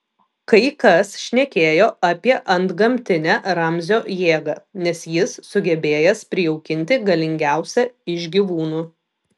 kai kas šnekėjo apie antgamtinę ramzio jėgą nes jis sugebėjęs prijaukinti galingiausią iš gyvūnų